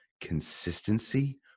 consistency